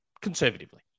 Conservatively